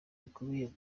bikubiye